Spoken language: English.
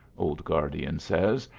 old guardian says,